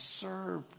serve